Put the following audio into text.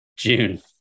June